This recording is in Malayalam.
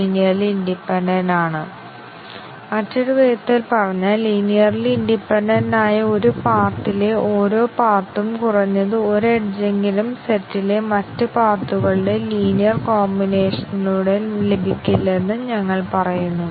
അതിനാൽ മൾട്ടിപ്പിൾ കണ്ടീഷൻ ഡിസിഷൻ കവറേജിൽ ഈ ബേസിക് കണ്ടിഷനുകളിൽ ഓരോന്നും ട്രൂഉം ഫാൾസ്ഉം ആയ മൂല്യങ്ങളും നേടാൻ ഞങ്ങൾ അനുവദിക്കുന്നു